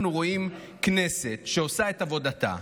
אנחנו רואים כנסת שעושה עבודתה,